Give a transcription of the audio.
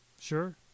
Sure